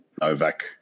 Novak